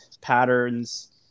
patterns